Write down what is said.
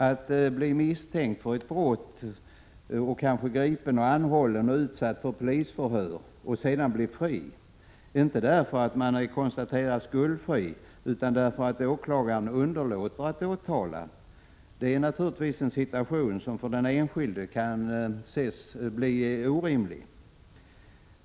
Att bli misstänkt för ett brott — kanske gripen och anhållen och utsatt för polisförhör — och sedan bli fri, inte därför att det har konstaterats att man är skuldfri utan därför att åklagaren underlåter att åtala är naturligtvis en situation som för den enskilde blir orimlig.